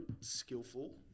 skillful